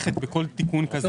חקיקה ראשית.